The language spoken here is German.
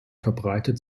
verbreitet